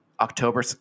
October